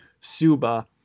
Suba